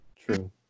True